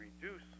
reduce